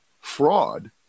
fraud